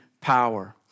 power